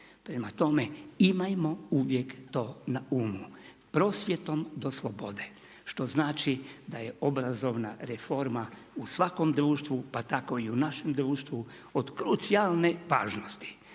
prema tome, imajmo uvijek to na umu. Prosvjetom do slobode, što znači da je obrazovna reforma u svakom društvu, pa tako i u našem društvu od krucijalne važnosti,